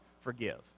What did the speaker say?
forgive